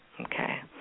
Okay